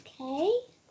Okay